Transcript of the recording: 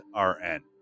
RN